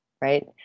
right